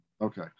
okay